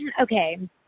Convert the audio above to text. okay